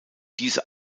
diese